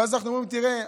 ואז אנחנו אומרים: תראה,